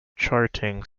charting